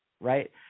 right